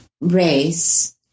race